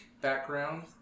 background